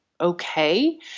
okay